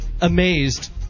amazed